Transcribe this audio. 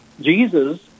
Jesus